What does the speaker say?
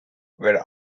were